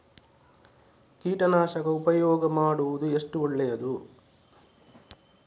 ಕೀಟನಾಶಕ ಉಪಯೋಗ ಮಾಡುವುದು ಎಷ್ಟು ಒಳ್ಳೆಯದು?